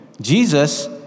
Jesus